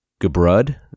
Gabrud